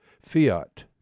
fiat